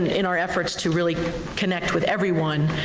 in our efforts to really connect with everyone,